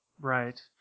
right